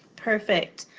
perfect.